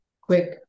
quick